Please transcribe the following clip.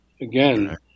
again